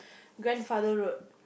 grandfather road